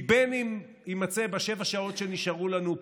כי בין שיימצא בשבע השעות שנשארו לנו,